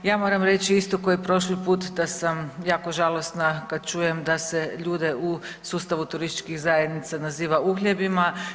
Ja moram reći isto ko i prošli put da sam jako žalosna kad čujem da se ljude u sustavu turističkih zajednica naziva uhljebima.